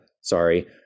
sorry